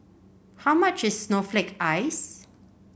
how much is Snowflake Ice